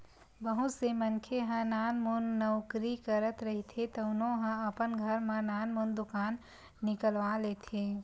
बहुत से मनखे ह नानमुन नउकरी करत रहिथे तउनो ह अपन घर म नानमुन दुकान निकलवा लेथे